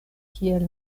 kiel